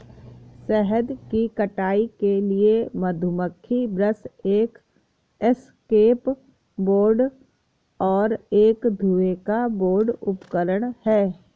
शहद की कटाई के लिए मधुमक्खी ब्रश एक एस्केप बोर्ड और एक धुएं का बोर्ड उपकरण हैं